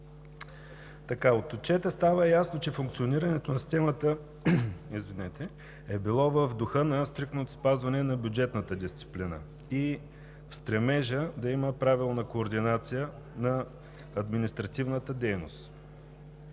От отчета става ясно, че функционирането на системата е било в духа на стриктното спазване на бюджетната дисциплина и в стремежа да има правилна координация на административната дейност.